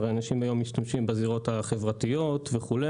הרי אנשים היום משתמשים בזירות החברתיות וכו',